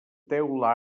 teula